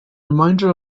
reminder